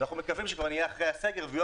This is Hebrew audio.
שאנחנו מקווים שנהיה כבר אחרי הסגר ויהיו